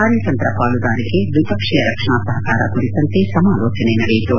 ಕಾರ್ಯತಂತ್ರ ಪಾಲುದಾರಿಕೆ ದ್ವಿಪಕ್ಷೀಯ ರಕ್ಷಣಾ ಸಹಕಾರ ಕುರಿತಂತೆ ಸಮಾಲೋಚನೆ ನಡೆಯಿತು